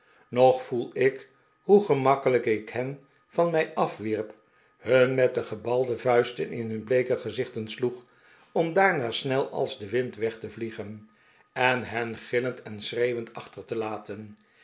nog voel ik hoe gemakkelijk ik hen van mij afwierp hun met de gebalde vuisten in hun bleeke gezichten sloeg om daarna snel als de wind weg te vliegen en hen gillend en schreeuwend achter te laten